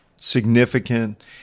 significant